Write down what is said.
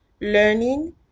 learning